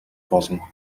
болно